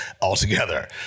altogether